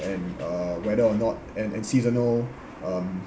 and uh whether or not and and seasonal um